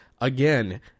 again